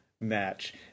match